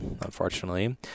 unfortunately